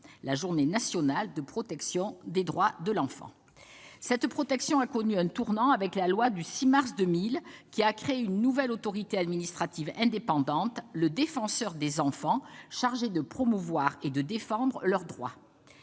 la Journée nationale de protection des droits de l'enfant. Cette protection a connu un tournant avec la loi du 6 mars 2000, qui a créé une nouvelle autorité administrative indépendante, le Défenseur des enfants, chargée de promouvoir et de défendre leurs droits.